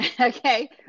okay